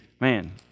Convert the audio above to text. man